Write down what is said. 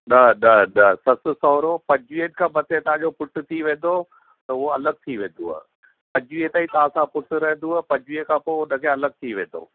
न न न ससु सहुरो पंजुवीह खां मथे तव्हांजो पुट थी वेंदो त उहो अलॻि थी वेंदव पंजुवीह ताईं तव्हांसां पुटु रहंदव पंजुवीह खां पोइ हुनखे अलॻि थी वेंदो